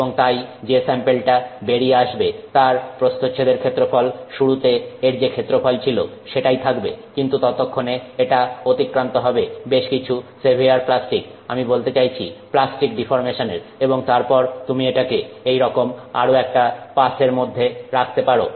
এবং তাই যে স্যাম্পেলটা বেরিয়ে আসবে তার প্রস্থচ্ছেদের ক্ষেত্রফল শুরুতে এর যে ক্ষেত্রফল ছিল সেটাই থাকবে কিন্তু ততক্ষণে এটা অতিক্রান্ত হবে বেশ কিছুটা সেভিয়ার প্লাস্টিক আমি বলতে চাইছি প্লাস্টিক ডিফর্মেশনের এবং তারপর তুমি এটাকে এইরকম আরও একটা পাসের মধ্যে রাখতে পারো